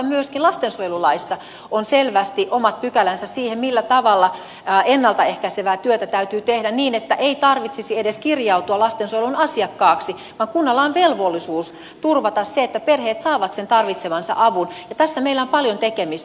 toisaalta myöskin lastensuojelulaissa on selvästi omat pykälänsä siihen millä tavalla ennalta ehkäisevää työtä täytyy tehdä niin että ei tarvitsisi edes kirjautua lastensuojelun asiakkaaksi vaan kunnalla on velvollisuus turvata se että perheet saavat tarvitsemansa avun ja tässä meillä on paljon tekemistä